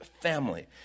family